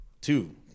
Two